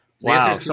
Wow